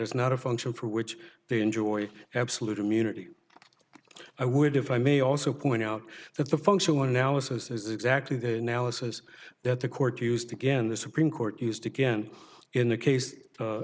is not a function for which they enjoy absolute immunity i would if i may also point out that the folks who are now assesses exactly the nalla says that the court used again the supreme court used again in the case